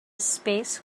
space